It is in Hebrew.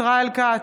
ישראל כץ,